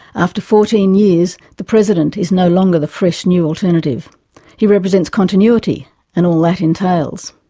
after fourteen years the president is no longer the fresh new alternative he represents continuity and all that entails,